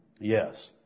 Yes